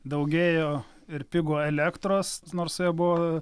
daugėjo ir pigo elektros nors su ja buvo